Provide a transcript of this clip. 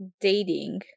dating